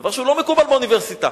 דבר שלא מקובל באוניברסיטה,